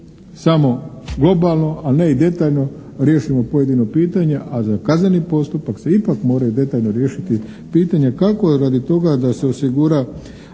samo globalno, a ne i detaljno riješimo pojedino pitanje, a za kazneni postupak se ipak moraju detaljno riješiti pitanja kako radi toga da se osigura